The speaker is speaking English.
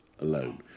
alone